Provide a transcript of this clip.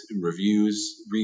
reviews